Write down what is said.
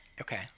Okay